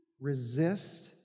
resist